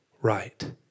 Right